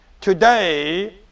Today